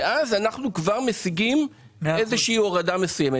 כך נשיג הורדה מסוימת.